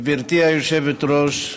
גברתי היושבת-ראש,